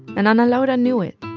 and ana laura knew it.